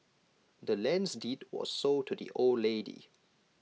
the land's deed was sold to the old lady